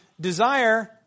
desire